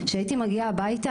כשהייתי מגיעה הביתה,